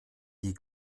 die